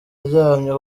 aryamye